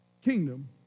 Kingdom